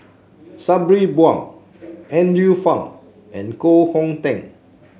Sabri Buang Andrew Phang and Koh Hong Teng